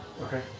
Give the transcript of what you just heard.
Okay